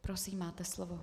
Prosím, máte slovo.